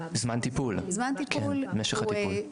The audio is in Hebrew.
זמן טיפול, משך הטיפול.